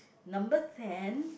number ten